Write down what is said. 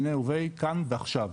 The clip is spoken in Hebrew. כאן ועכשיו.